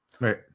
right